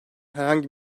herhangi